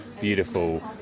beautiful